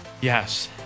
Yes